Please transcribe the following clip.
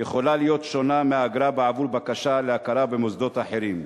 יכולה להיות שונה מהאגרה בעבור בקשה להכרה במוסדות אחרים.